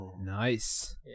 Nice